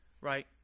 right